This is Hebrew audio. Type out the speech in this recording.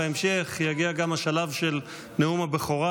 בהמשך יגיע גם השלב של נאום הבכורה,